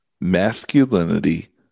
Masculinity